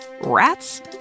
rats